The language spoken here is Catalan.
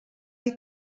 dir